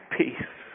peace